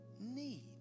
need